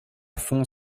font